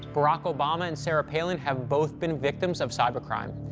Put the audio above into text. barack obama and sarah palin have both been victims of cybercrime.